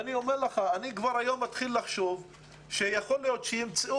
אני אומר לך שאני כבר היום מתחיל לחשוב שיכול להיות שימצאו